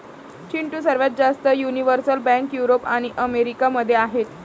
चिंटू, सर्वात जास्त universal bank Europe आणि अमेरिका मध्ये आहेत